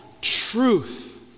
truth